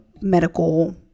medical